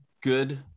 good